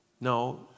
No